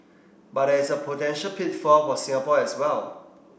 but there is a potential pitfall for Singapore as well